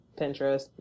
Pinterest